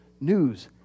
news